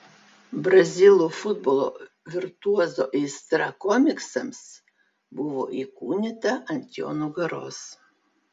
brazilų futbolo virtuozo aistra komiksams buvo įkūnyta ant jo nugaros